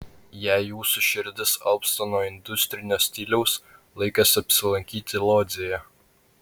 jei jūsų širdis alpsta nuo industrinio stiliaus laikas apsilankyti lodzėje